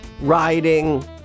riding